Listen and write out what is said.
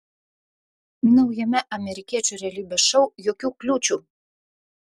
naujame amerikiečių realybės šou jokių kliūčių